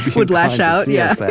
would lash out? yeah but